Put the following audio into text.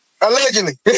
Allegedly